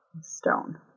stone